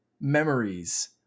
memories